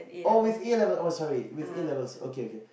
oh with A-level oh sorry with A-levels okay okay